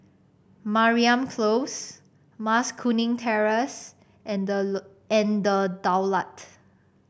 Mariam Close Mas Kuning Terrace and The and The Daulat